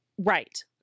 Right